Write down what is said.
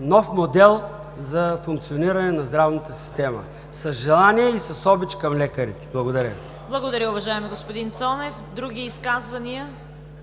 нов модел за функциониране на здравната система – с желание и с обич към лекарите. Благодаря. ПРЕДСЕДАТЕЛ ЦВЕТА КАРАЯНЧЕВА: Благодаря, уважаеми господин Цонев. Други изказвания?